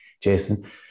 Jason